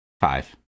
five